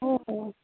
ओहो